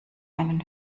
einen